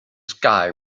sky